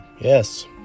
Yes